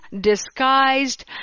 disguised